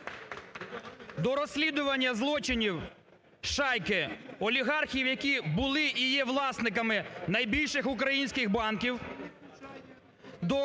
До розслідування злочинів шайки олігархів, які були і є власниками найбільших українських банків,